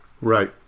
Right